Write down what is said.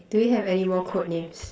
do we have any more code names